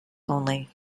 only